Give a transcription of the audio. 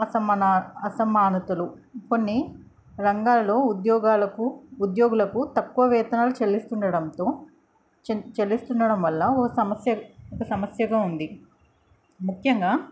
అసమన అసమానతలు కొన్ని రంగాల్లో ఉద్యోగాలకు ఉద్యోగులకు తక్కువ వేతనాలు చెల్లిస్తు ఉండడంతో చెల్లిస్తు ఉండడం వల్ల ఒక సమస్య ఒక సమస్యగా ఉంది ముఖ్యంగా